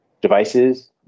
devices